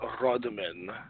Rodman